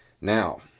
Now